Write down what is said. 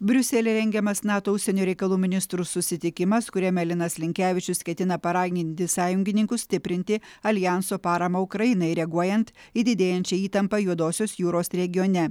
briuselyje rengiamas nato užsienio reikalų ministrų susitikimas kuriame linas linkevičius ketina paraginti sąjungininkus stiprinti aljanso paramą ukrainai reaguojant į didėjančią įtampą juodosios jūros regione